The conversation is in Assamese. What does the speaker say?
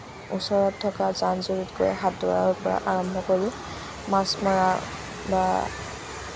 ওচৰত থকা জান জুৰিত গৈ সাতোঁৰাৰ পৰা আৰম্ভ কৰি মাছ মৰা বা